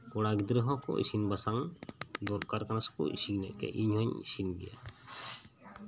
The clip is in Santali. ᱠᱚᱲᱟ ᱜᱤᱫᱽᱨᱟᱹ ᱦᱚᱸᱠᱚ ᱤᱥᱤᱱ ᱵᱟᱥᱟᱝ ᱫᱚᱨᱠᱟᱨ ᱠᱟᱱᱟ ᱥᱮᱠᱚ ᱤᱥᱤᱱᱮᱜ ᱜᱮᱭᱟ ᱤᱧᱦᱚᱧ ᱤᱥᱤᱱ ᱜᱮᱭᱟ